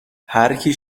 هرکی